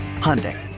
Hyundai